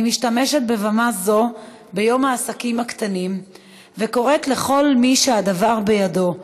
אני משתמשת בבמה זו ביום העסקים הקטנים וקוראת לכל מי שהדבר בידו,